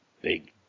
big